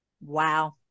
wow